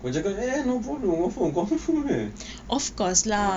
kau cakap jer eh no problem confirm confirm punya